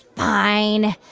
fine.